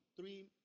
Three